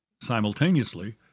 Simultaneously